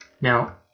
Now